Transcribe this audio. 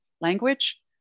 language